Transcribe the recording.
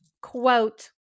quote